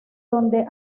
donde